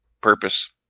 purpose